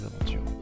aventures